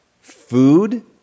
Food